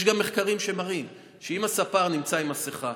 יש מחקרים שמראים שאם הספר נמצא עם מסכה,